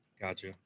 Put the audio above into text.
Gotcha